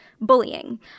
bullying